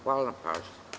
Hvala na pažnji.